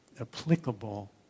applicable